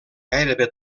gairebé